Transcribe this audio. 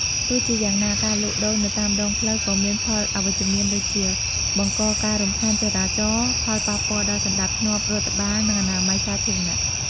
ទោះជាយ៉ាងណា ការលក់ដូរនៅតាមដងផ្លូវក៏មានផលអវិជ្ជមានដូចជា បង្កការរំខានចរាចរណ៍ ផលប៉ះពាល់ដល់សណ្តាប់ធ្នាប់រដ្ឋបាល និងអនាម័យសាធារណៈ។